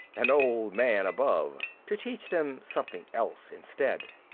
an old man above to teach them something else instead.